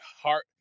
heart